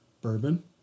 bourbon